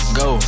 go